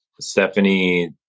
stephanie